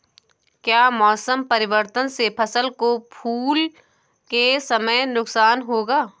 क्या मौसम परिवर्तन से फसल को फूल के समय नुकसान होगा?